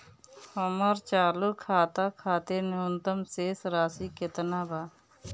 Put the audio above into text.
हमर चालू खाता खातिर न्यूनतम शेष राशि केतना बा?